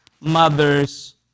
mothers